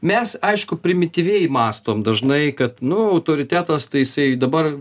mes aišku primityviai mąstom dažnai kad nu autoritetas tai jisai dabar